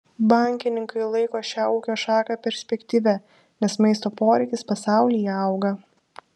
bankininkai laiko šią ūkio šaką perspektyvia nes maisto poreikis pasaulyje auga